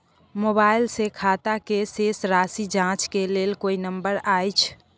Mobile से खाता के शेस राशि जाँच के लेल कोई नंबर अएछ?